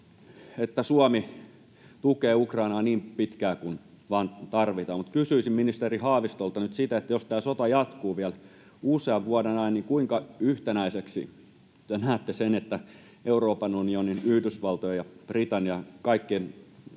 että Suomi tukee Ukrainaa niin pitkään kuin vain tarvitaan, mutta kysyisin ministeri Haavistolta nyt sitä, että jos tämä sota jatkuu vielä usean vuoden ajan, niin kuinka yhtenäiseksi te näette Euroopan unionin, Yhdysvaltojen ja Britannian, kaikkien